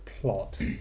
plot